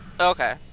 okay